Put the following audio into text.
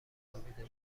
خوابیده